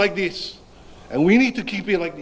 like this and we need to keep it like